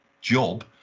job